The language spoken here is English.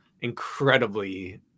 incredibly